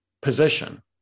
position